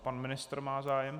Pan ministr má zájem.